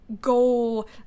goal